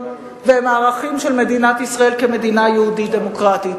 והם ערכים של מדינת ישראל כמדינה יהודית דמוקרטית.